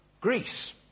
Greece